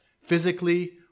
physically